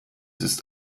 ist